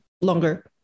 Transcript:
longer